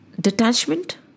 detachment